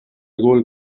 gol